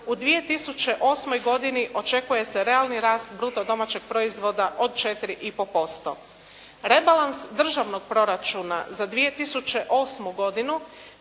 u 2008. godini očekuje se realni rast bruto domaćeg proizvoda od 4,5%. Rebalans Državnog proračuna za 2008. godinu